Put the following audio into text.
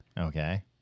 Okay